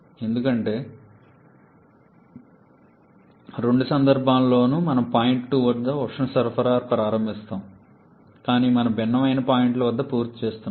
ఎందుకంటే రెండు సందర్భాల్లోనూ మనం పాయింట్ 2 వద్ద ఉష్ణ సరఫరా ప్రారంభిస్తాము కానీ మనం భిన్నమైన పాయింట్ల వద్ద పూర్తి చేస్తున్నాము